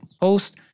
post